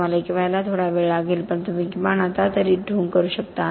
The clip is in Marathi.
तुम्हाला एक व्हायला थोडा वेळ लागेल पण तुम्ही किमान आता तरी ढोंग करू शकता